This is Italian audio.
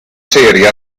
serie